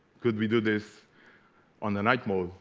could we do this on the night mode